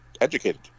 educated